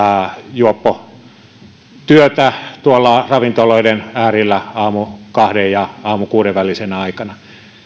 juoppotyötä tuolla ravintoloiden äärillä aamukahden ja aamukuuden välisenä aikana